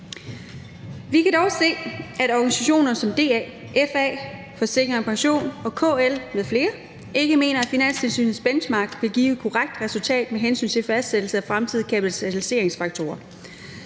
Vi kan dog se, at organisationer som DA, FA, Forsikring & Pension og KL m.fl. ikke mener, at Finanstilsynets Benchmark vil give et korrekt resultat med hensyn til fastsættelse af fremtidige kapitaliseringsfaktorer.